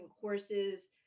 courses